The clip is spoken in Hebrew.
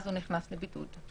אז הוא נכנס לבידוד.